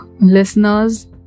listeners